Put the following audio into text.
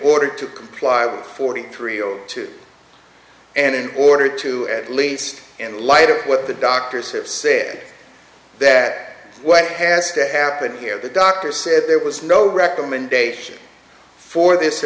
order to comply with forty three to and in order to at least in light of what the doctors have said that what has to happen here the doctor said there was no recommendation for this